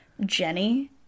jenny